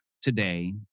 today